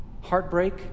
Heartbreak